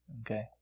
Okay